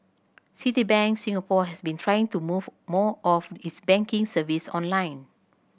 Citibank Singapore has been trying to move more of its banking service online